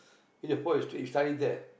before you stay you study there